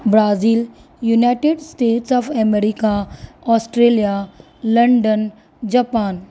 Brazil United States of America Australia London Japan